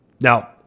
Now